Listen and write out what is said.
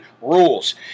rules